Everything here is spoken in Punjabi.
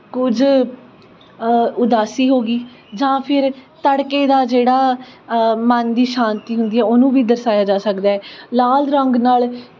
ਕੁਝ ਉਦਾਸੀ ਹੋ ਗਈ ਜਾਂ ਫਿਰ ਤੜਕੇ ਦਾ ਜਿਹੜਾ ਮਨ ਦੀ ਸ਼ਾਂਤੀ ਹੁੰਦੀ ਹੈ ਉਹਨੂੰ ਵੀ ਦਰਸਾਇਆ ਜਾ ਸਕਦਾ ਹੈ ਲਾਲ ਰੰਗ ਨਾਲ